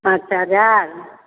पाँच हजार